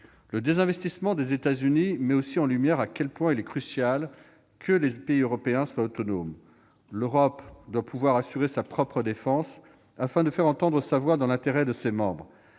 Le désinvestissement des États-Unis met aussi en lumière combien il est crucial que les pays européens soient autonomes. L'Europe doit pouvoir assurer sa propre défense afin de faire entendre sa voix, dans l'intérêt de ses membres.